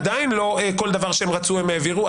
עדיין לא כל דבר שהם רצו הם העבירו,